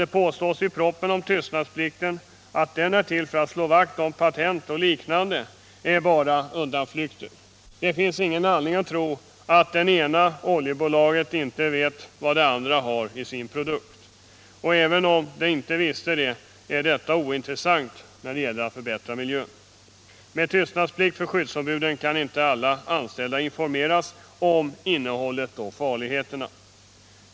Det som påstås i propositionen om tystnadsplikten, att den är till för att slå vakt om patent eller liknande, är bara undanflykter. Det finns ingen anledning att tro att det ena oljebolaget inte vet vad det andra har i sina produkter. Och även om de inte visste det, är detta ointressant när det gäller att förbättra arbetsmiljön. Med tystnadsplikt för skyddsombudet kan inte alla anställda informeras om innehållet och farorna.